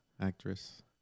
actress